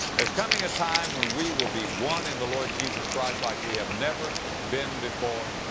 there's coming a time when we will be one in the lord jesus christ like we have never been before.